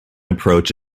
approach